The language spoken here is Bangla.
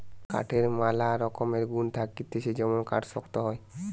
কাঠের ম্যালা রকমের গুন্ থাকতিছে যেমন কাঠ শক্ত হয়